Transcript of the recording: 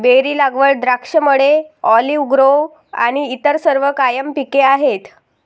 berry लागवड, द्राक्षमळे, olive grove आणि इतर सर्व कायम पिके आहेत